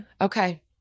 Okay